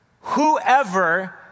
Whoever